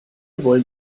wollen